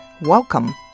Welcome